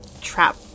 Trap